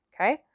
Okay